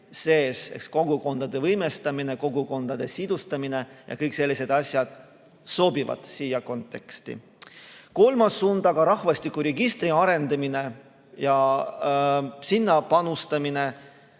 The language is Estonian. kogukondade võimestamine, kogukondade sidustamine. Kõik sellised asjad sobivad siia konteksti. Kolmas suund on aga rahvastikuregistri arendamine ja sinna panustamine.